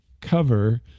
cover